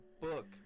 book